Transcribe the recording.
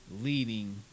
leading